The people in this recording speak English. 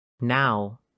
Now